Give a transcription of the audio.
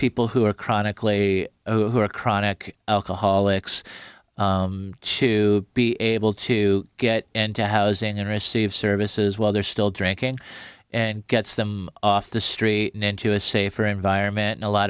people who are chronically who are chronic alcoholics to be able to get into housing and receive services while they're still drinking and gets them off the street and into a safer environment a